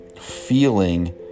feeling